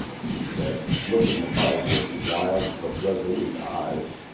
she said, looking about with wild but resolute eyes.